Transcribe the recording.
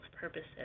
purposes